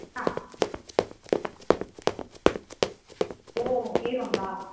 हा हो एवं वा